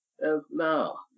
no